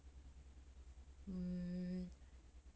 mm